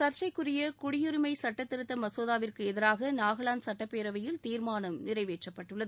சர்ச்சைக்குரிய குடியிரிமைச்சுட்டத் திருத்த மசோதாவிற்கு எதிராக நாகாவாந்து சட்டப்பேரவையில் தீர்மானம் நிறைவேற்றப்பட்டுள்ளது